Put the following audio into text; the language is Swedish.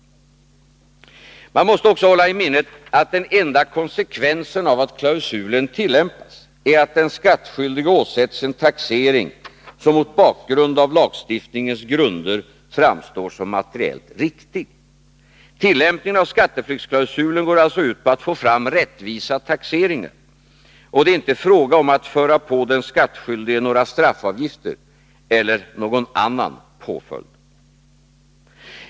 Man måste också hålla i minnet att den enda konsekvensen av att klausulen tillämpas är att den skattskyldige åsätts en taxering som mot bakgrund av lagstiftningens grunder framstår som materiellt riktig. Tillämpningen av skatteflyktsklausulen går alltså ut på att få fram rättvisa taxeringar, och det är inte fråga om att föra på den skattskyldige några straffavgifter eller någon annan påföljd.